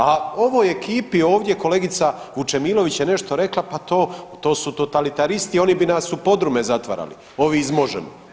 A ovoj ekipi ovdje, kolegice Vučemilović je nešto rekla, pa to, to su totalitaristi, oni bi nas u podrume zatvarali, ovi iz Možemo.